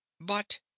But